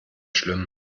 schlimm